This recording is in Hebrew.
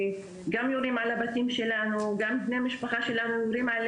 כי גם כל אלה ששומעים את היריות והם רחוקים.